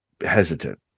hesitant